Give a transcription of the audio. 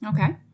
Okay